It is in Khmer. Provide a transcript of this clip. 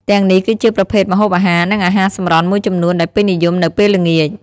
ទាំងនេះគឺជាប្រភេទម្ហូបអាហារ និងអាហារសម្រន់មួយចំនួនដែលពេញនិយមនៅពេលល្ងាច ។